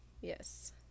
yes